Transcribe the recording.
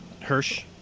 hirsch